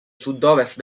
sudovest